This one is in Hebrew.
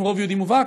עם רוב יהודי מובהק,